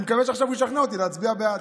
אני מקווה שעכשיו הוא ישכנע אותי להצביע בעד.